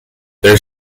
their